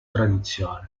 tradizione